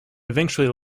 eventually